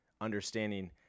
understanding